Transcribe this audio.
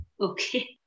Okay